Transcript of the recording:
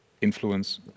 influence